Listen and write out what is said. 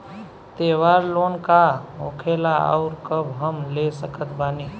त्योहार लोन का होखेला आउर कब हम ले सकत बानी?